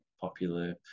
popular